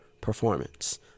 performance